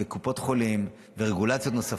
קופות חולים ורגולציות נוספות.